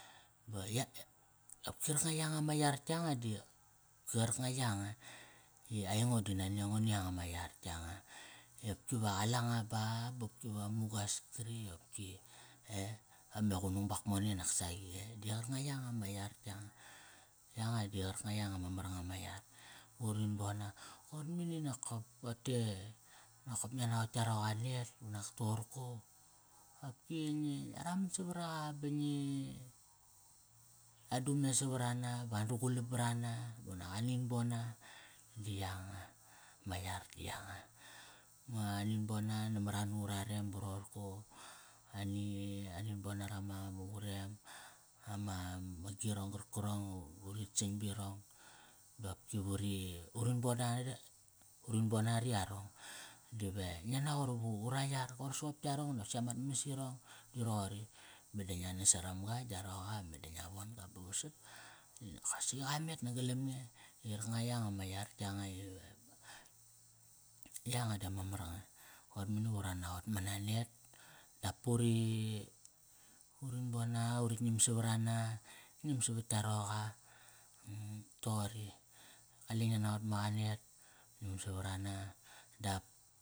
Ba ya, qarkanga yanga ma yar yanga di ki qarkanga yanga. I aingo di nani a ngo ni yanga ma yar yanga. I opki va qalanga ba ba opki va mugas kari opki eh? Me qunung bakmone naksaqi eh? Di qarkanga yanga ma yar yanga. Yanga di qarkanga yanga ma mar nga ma yar. Urin bon na. Koir mani nokop, rote, nokop ngia naqot yka roqa net, unak toqorko. Opki ngi, ngia raman savaraqa ba ngi, adume savarana. Van dugalam barana, unak anin bon na. Di yanga. Ma yar di yanga. Ba anin bona namat an urarem ba roqorko. Ani, anin bona rama, ma qurem. Ama, ma girong qarkarong urit sing birong. Da opki vuri, urin bona ra, urin bona ra yarong. Diva ngia naqot ivu ra yar. Koir soqop yarong dap si amat mas irong mas irong di roqori. Meda ngia nas saramga gia roqa ba meda ngia von go ba va sat di nokosi qa met nagalam nge. Di qarkanga yanga ma yar yanga ive yanga di ama mar nga. Qoir mani va ura naqot ma na net dap puri, urin bon na, urik ngiam savarana, ngiam savat tka roqa. Toqori, qale ngia naqot ma qa net, ngiam savarana dap.